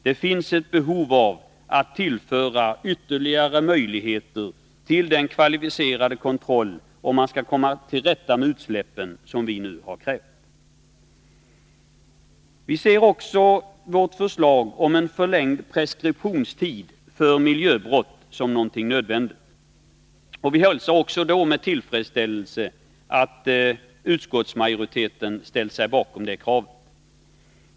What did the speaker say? Det finns ett behov av att tillföra ytterligare möjligheter när det gäller den kvalificerade kontrollen; detta för att man skall kunna komma till rätta med utsläppen, vilket vi nu har krävt. Vi betraktar också vårt förslag om en förlängd preskriptionstid för miljöbrott som något nödvändigt, och vi hälsar med tillfredsställelse att utskottsmajoriteten ställer sig bakom det kravet.